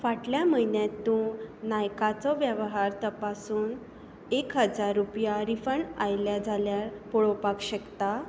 फाटल्या म्हयन्यात तूं नायकाचो वेव्हार तपासून एक हजार रुपया रिफंड आयल्या जाल्यार पळोवपाक शकता